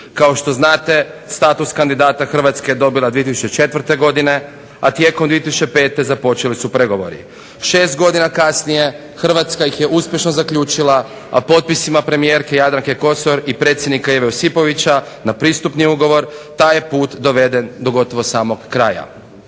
Kao što znate, status kandidata Hrvatske je dobila 2004. godine, a tijekom 2005. započeli su pregovori. Šest godina kasnije Hrvatska ih je uspješno zaključila, a potpisima premijerke Jadranke Kosor i predsjednika Ive Josipovića na pristupni ugovor taj je put doveden do gotovo samog kraja.